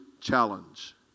challenge